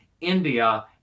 India